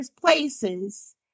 places